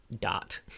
dot